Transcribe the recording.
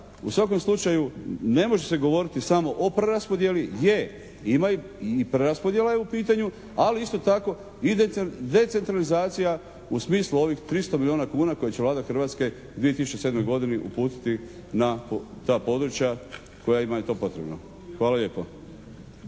u svakom slučaju ne može se govoriti samo o preraspodjeli gdje ima i preraspodjela je u pitanju, ali isto tako i decentralizacija u smislu ovih 300 milijuna kuna kojih će Vlada Hrvatske u 2007. godini uputiti na ta područja kojima je to potrebno. Hvala lijepo.